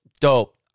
Dope